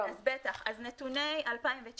נתוני 2019